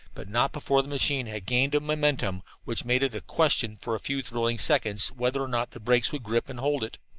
but not before the machine had gained a momentum which made it a question for a few thrilling seconds whether or not the brakes would grip and hold it.